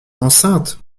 enceinte